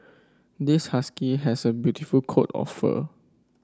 this husky has a beautiful coat of fur